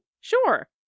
Sure